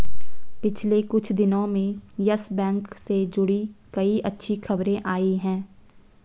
पिछले कुछ दिनो में यस बैंक से जुड़ी कई अच्छी खबरें आई हैं